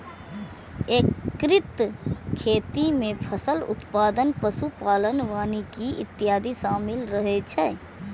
एकीकृत खेती मे फसल उत्पादन, पशु पालन, वानिकी इत्यादि शामिल रहै छै